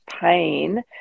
pain